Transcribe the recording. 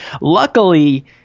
Luckily